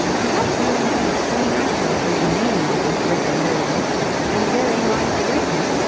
perhaps no one can explain accurately the meaning of this great engraving and therein lies the greatness,